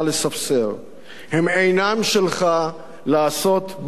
הם אינם שלך לעשות בהם כרצונך.